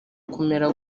kumera